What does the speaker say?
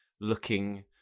Looking